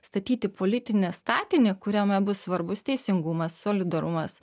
statyti politinį statinį kuriame bus svarbus teisingumas solidarumas